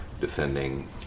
defending